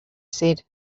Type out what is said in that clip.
said